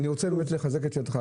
אני רוצה לחזק את ידיך.